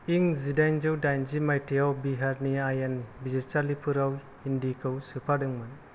इं जिदाइनजौ दाइनजि माइथायाव बिहारनि आयेन बिजिरसालिफोराव हिन्दिखौ सोफादोंमोन